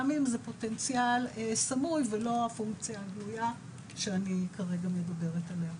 גם אם זה פוטנציאל סמוי ולא הפונקציה שאני כרגע מדברת עליה.